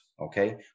okay